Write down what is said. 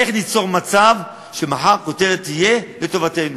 איך ניצור מצב שמחר הכותרת תהיה לטובתנו.